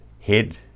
head